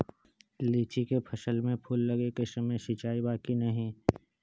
लीची के फसल में फूल लगे के समय सिंचाई बा कि नही?